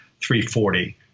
340